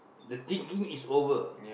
the thinking is over